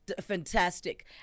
fantastic